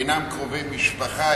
אינם קרובי משפחה,